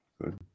good